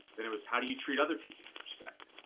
then it was, how do you treat other people with respect?